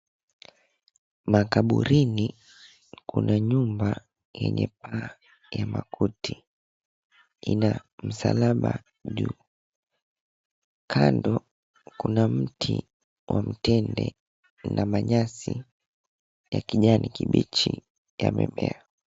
Makaburini kuna nyumba yenye paa ya makuti, ina msalaba juu. Kando kuna mti wa mtende na manyasi ya kijani kibichi imemea.